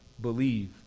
believe